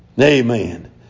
Amen